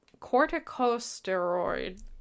corticosteroid